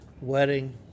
wedding